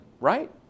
right